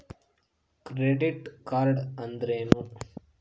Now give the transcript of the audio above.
Credit card ಅಂದ್ರೇನು?